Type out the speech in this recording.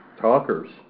talkers